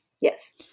Yes